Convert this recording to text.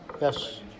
Yes